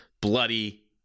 bloody